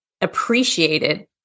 appreciated